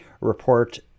report